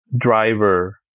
driver